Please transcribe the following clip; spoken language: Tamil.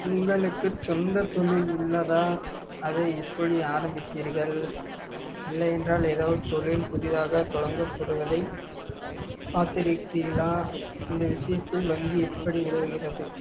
உங்களுக்கு சொந்த தொழில் உள்ளதா அதை எப்படி ஆரம்பித்தீர்கள் இல்லையென்றால் எதாவது தொழில் புதிதாக தொடங்கப்படுவதை பார்த்துறிக்கீளா இந்த விஷயத்தில் வங்கி எப்படி உதவுகிறது